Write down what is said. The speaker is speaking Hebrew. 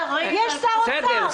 יש שר אוצר,